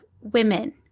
women